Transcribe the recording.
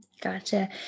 Gotcha